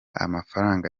amafaranga